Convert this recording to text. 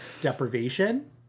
deprivation